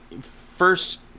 first